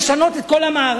אבל צריך לשנות את כל המערך.